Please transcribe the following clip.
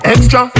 Extra